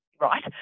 right